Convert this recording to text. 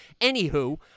Anywho